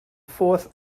fourth